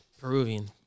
Peruvian